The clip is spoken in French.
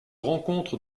rencontre